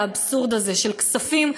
האבסורד הזה של כספים,